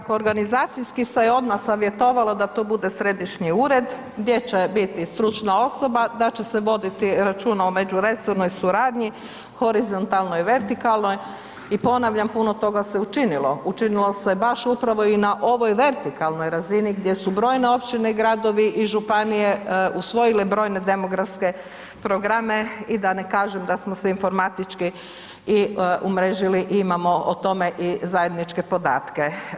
Evo pa organizacijski se je odmah savjetovalo da to bude središnji ured gdje će biti stručna osoba, da će se voditi računa o međuresornoj suradnji, horizontalnoj, vertikalnoj i ponavljam, puno toga se učinilo, učinilo se baš upravo i na ovoj vertikalnoj razini gdje su brojne općine i gradovi i županije usvojile brojne demografske programe i da ne kažem da smo se informatički i umrežili i imamo o tome i zajedničke podatke.